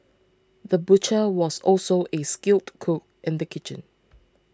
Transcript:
the butcher was also a skilled cook in the kitchen